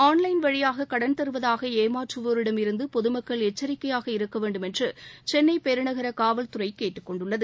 online வழியாக கடன் தருவதாக ஏமாற்றுவோருவரிடமிருந்து பொதுமக்கள் எச்சரிக்கையாக இருக்க வேண்டும் என்று சென்னை பெருநகர காவல்துறை கேட்டுக் கொண்டுள்ளது